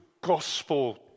gospel